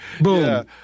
boom